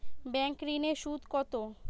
Bank ঋন এর সুদ কত?